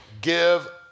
give